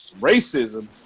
Racism